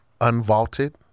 unvaulted